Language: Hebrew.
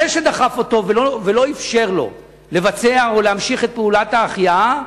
זה שדחף אותו ולא אפשר לו לבצע או להמשיך את פעולת ההחייאה,